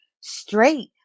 straight